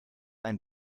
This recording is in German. ein